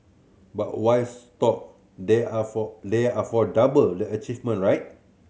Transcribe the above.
but why stop there are for there are for double the achievement right